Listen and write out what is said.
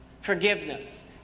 forgiveness